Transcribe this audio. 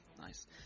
nice